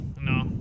no